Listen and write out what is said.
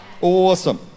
awesome